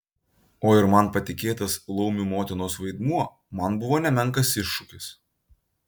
o ir man patikėtas laumių motinos vaidmuo man buvo nemenkas iššūkis